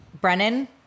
Brennan